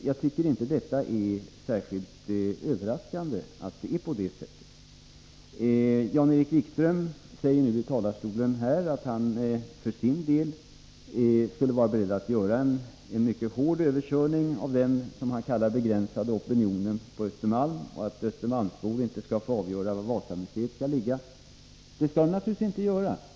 Jag tycker inte det är särskilt överraskande att det är på det sättet. Jan-Erik Wikström säger nu från talarstolen att han för sin del skulle vara beredd att göra en mycket hård överkörning av den, som han kallar det, begränsade opinionen på Östermalm; östermalmsbor skall inte få avgöra var Wasamuseet skall ligga! — Det skall de naturligtvis inte göra.